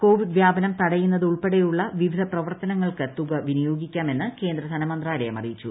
Covid വ്യാപനം തടയ്യുന്നത് ഉൾപ്പെടെയുള്ള വിവിധ പ്രവർത്തനങ്ങൾക്ക് തുക് വിനിയോഗിക്കാം എന്ന് കേന്ദ്ര ധനമന്ത്രാലയം അറിയിച്ചു